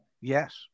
Yes